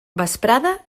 vesprada